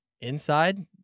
inside